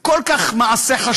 מעשה כל כך חשוב,